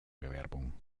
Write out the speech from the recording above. bewerbung